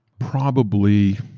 probably